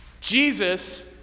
Jesus